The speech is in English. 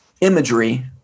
imagery